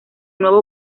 nuevo